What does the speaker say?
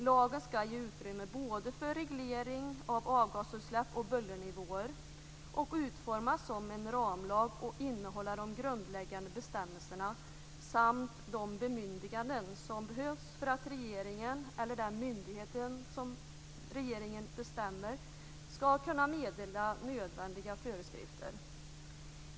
Lagen skall ge utrymme för reglering av både avgasutsläpp och bullernivåer och utformas som en ramlag och innehålla de grundläggande bestämmelserna samt de bemyndiganden som behövs för att regeringen eller den myndighet som regeringen bestämmer skall kunna meddela nödvändiga föreskrifter.